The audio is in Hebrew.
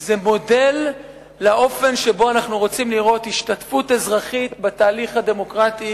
היא מודל לאופן שבו אנחנו רוצים לראות השתתפות אזרחית בתהליך הדמוקרטי,